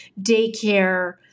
daycare